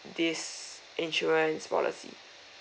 this insurance policy